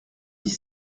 dix